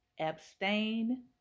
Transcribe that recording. abstain